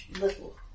little